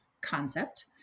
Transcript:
concept